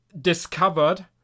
discovered